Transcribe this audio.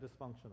dysfunctional